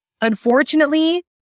unfortunately